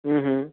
હમ હમ